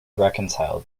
reconcile